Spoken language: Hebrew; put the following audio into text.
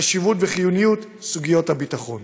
החשיבות והחיוניות של סוגיות הביטחון.